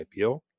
IPO